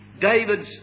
David's